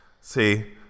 See